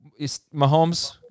Mahomes